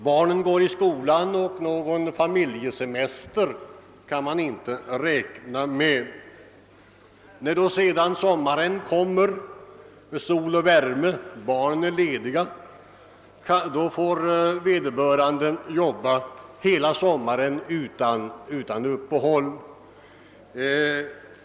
Barnen går i skolan, så någon familjesemester kan man inte räkna med. När sommaren sedan kommer med sol och värme och barnen är lediga får vederbörande jobba hela sommaren utan uppehåll.